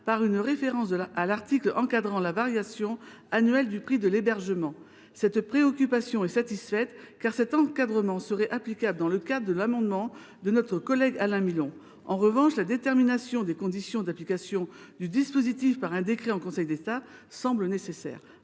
par une référence à l’article encadrant la variation annuelle du prix de l’hébergement. Cette préoccupation est satisfaite, car cet encadrement serait applicable dans le cadre de l’amendement de notre collègue Alain Milon, qu’a présenté Laurent Somon. En revanche, la détermination des conditions d’application du dispositif par un décret en Conseil d’État semble nécessaire.